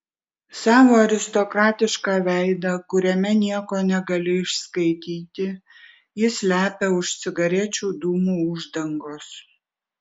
savo aristokratišką veidą kuriame nieko negali išskaityti jis slepia už cigarečių dūmų uždangos